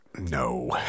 No